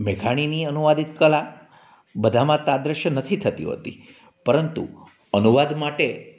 મેઘાણીની અનુવાદિત કળા બધામાં તાદૃશ્ય નથી થતી હોતી પરંતુ અનુવાદ માટે